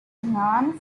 known